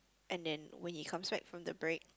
and then when he comes back from the break